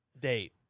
Date